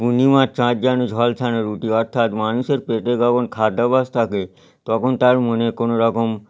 পূর্ণিমার চাঁদ যেন ঝলসানো রুটি অর্থাৎ মানুষের পেটে কখন খাদ্যাভ্যাস থাকে তখন তার মনে কোনোরকম